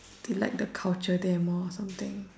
they like the culture there more or something